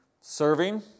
Serving